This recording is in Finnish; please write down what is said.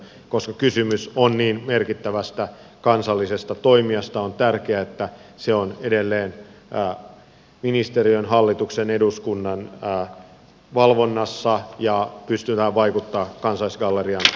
koska kysymys on niin merkittävästä kansallisesta toimijasta on tärkeää että se on edelleen ministeriön hallituksen eduskunnan valvonnassa ja pystytään vaikuttamaan kansallisgallerian toimintaan